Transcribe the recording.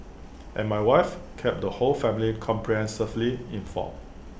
and my wife kept the whole family comprehensively informed